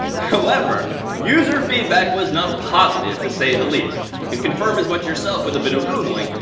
however, user feedback was not positive, to say the least. and you can confirm as much yourself, with a bit of googling.